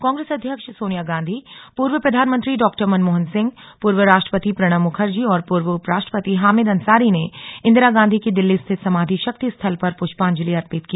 कांग्रेस अध्यक्ष सोनिया गांधी पूर्व प्रधानमंत्री डॉक्टर मनमोहन सिंह पूर्व राष्ट्रपति प्रणब मुखर्जी और पूर्व उपराष्ट्रपति हामिद अंसारी ने इन्दिरा गांधी की दिल्ली स्थित समाधि शक्ति स्थल पर प्रष्पांजलि अर्पित की